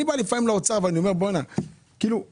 אם הייתם